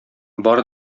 бар